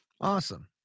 awesome